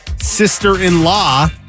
sister-in-law